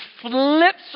flips